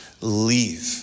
leave